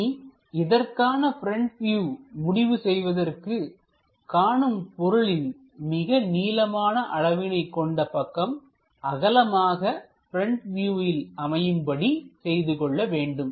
இனி இதற்கான front view முடிவு செய்வதற்கு காணும் பொருளின் மிக நீளமான அளவினை கொண்ட பக்கம் அகலமாக ப்ரெண்ட் வியூவில் அமையும்படி செய்து கொள்ள வேண்டும்